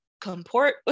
comport